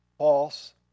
false